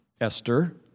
Esther